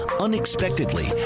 unexpectedly